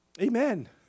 Amen